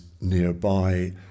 nearby